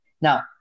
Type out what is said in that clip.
Now